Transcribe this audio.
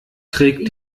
trägt